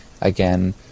again